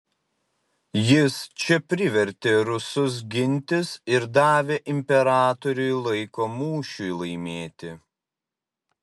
jis čia privertė rusus gintis ir davė imperatoriui laiko mūšiui laimėti